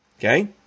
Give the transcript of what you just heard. okay